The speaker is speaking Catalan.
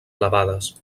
elevades